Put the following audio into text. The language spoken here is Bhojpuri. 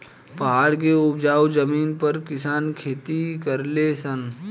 पहाड़ के उपजाऊ जमीन पर किसान खेती करले सन